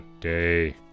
day